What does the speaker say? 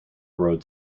road